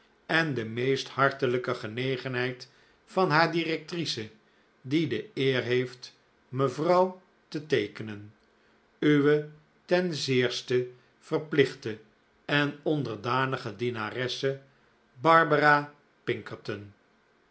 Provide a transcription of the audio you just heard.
en de meest hartelijke genegenheid van haar directrice die de eer heeft mevrouw te teekenen uwe ten zeerste verplichte en onderdanige dienaresse barbarra